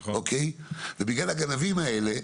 ובגלל הגנבים האלה,